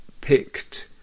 picked